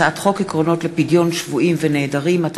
הצעת חוק ייצוג הולם לעובדים עם מוגבלות